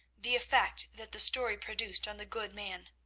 the effect that the story produced on the good man.